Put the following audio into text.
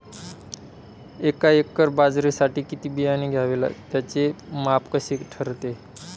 एका एकर बाजरीसाठी किती बियाणे घ्यावे? त्याचे माप कसे ठरते?